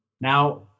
Now